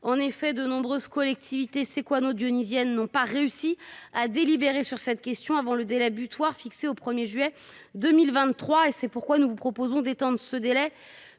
de séjour. De nombreuses collectivités séquano dionysiennes n’ont pas réussi à délibérer sur cette question avant la date butoir fixée au 1 juillet 2023 ; c’est pourquoi nous vous proposons de la